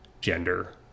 gender